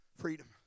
Freedom